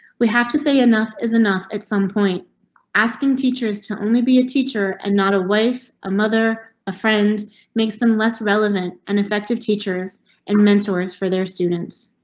we have to say enough is enough at some point asking teachers to only be a teacher and not a wife, a mother, a friend makes them less relevant and effective. teachers and mentors for their students.